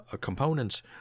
components